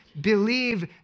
believe